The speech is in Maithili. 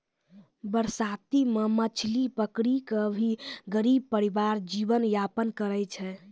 बरसाती मॅ मछली पकड़ी कॅ भी गरीब परिवार जीवन यापन करै छै